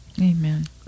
amen